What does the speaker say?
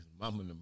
mama